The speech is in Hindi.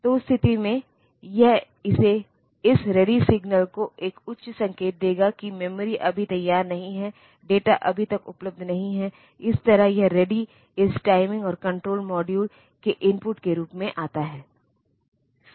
तो उस स्थिति में यह इस रेडी सिग्नल को एक उच्च संकेत देगा कि मेमोरी अभी तैयार नहीं है डेटा अभी तक उपलब्ध नहीं है इस तरह यह रेडी इस टाइमिंग और कंट्रोल मॉड्यूल के इनपुट के रूप में आता है